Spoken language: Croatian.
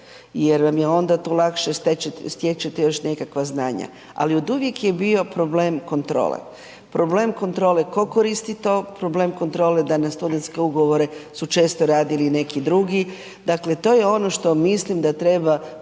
jer vam je onda tu lakše stječete još nekakva znanja. Ali oduvijek je bio problem kontrole. Problem kontrole tko koristi to, problem kontrole da na studentske ugovore su često radili neki drugi, dakle to je ono što mislim da treba